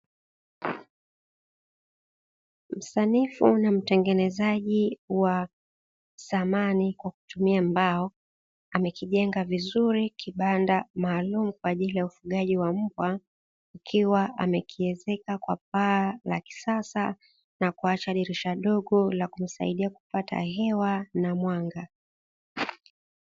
Msanifu na mtengenezaji wa samani kwa kutumia mbao , amekijenga vizuri kibanda maalumu kwa ajili ya ufugaji wa mbwa. Ikiwa amekiezeka kwa paa la kisasa, na kuacha dirisha dogo la kumsaidia kupata hewa na mwanga.